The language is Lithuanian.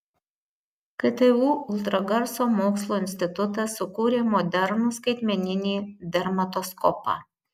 ktu ultragarso mokslo institutas sukūrė modernų skaitmeninį dermatoskopą